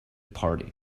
party